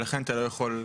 ולכן אתה לא יכול.